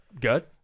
good